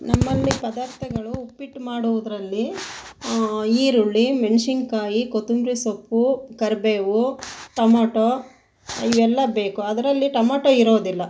ನಮ್ಮಲ್ಲಿ ಪದಾರ್ಥಗಳು ಉಪ್ಪಿಟ್ಟು ಮಾಡುವುದರಲ್ಲಿ ಈರುಳ್ಳಿ ಮೆಣಸಿನಕಾಯಿ ಕೊತ್ತಂಬರಿ ಸೊಪ್ಪು ಕರಿಬೇವು ಟೊಮಟೊ ಇವೆಲ್ಲ ಬೇಕು ಅದರಲ್ಲಿ ಟೊಮಟೊ ಇರೋದಿಲ್ಲ